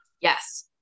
yes